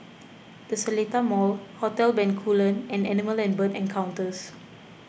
the Seletar Mall Hotel Bencoolen and Animal and Bird Encounters